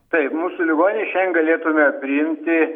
taip mūsų ligoninėj šiandien galėtume priimti